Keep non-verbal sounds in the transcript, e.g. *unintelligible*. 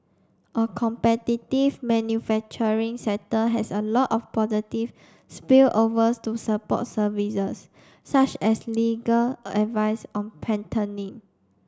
a competitive manufacturing sector has a lot of positive spillovers to support services such as legal advice on *unintelligible*